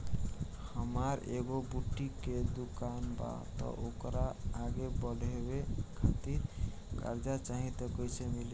हमार एगो बुटीक के दुकानबा त ओकरा आगे बढ़वे खातिर कर्जा चाहि त कइसे मिली?